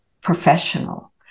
professional